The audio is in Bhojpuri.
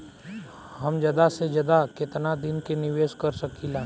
हम ज्यदा से ज्यदा केतना दिन के निवेश कर सकिला?